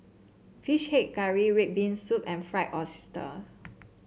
fish head curry red bean soup and Fried Oyster